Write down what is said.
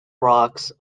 rocks